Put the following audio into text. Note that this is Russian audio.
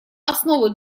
основу